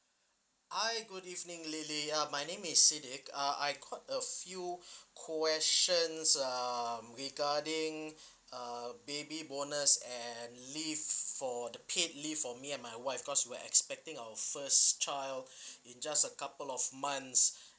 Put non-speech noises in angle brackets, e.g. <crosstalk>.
hi good evening lily uh my name is sidek uh I got a few <breath> questions um regarding uh baby bonus and leave for the paid leave for me and my wife cause we are expecting our first child <breath> in just a couple of months <breath>